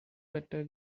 better